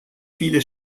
viele